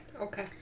Okay